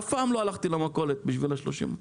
אף פעם לא הלכתי למכולת כדי לקבל החזר על 30 אגורות,